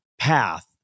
path